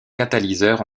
catalyseur